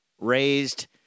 raised